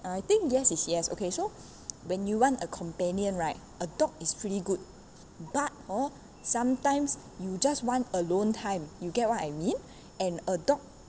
uh I think yes is yes okay so when you want a companion right a dog is pretty good but hor sometimes you just want alone time you get what I mean and a dog